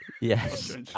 Yes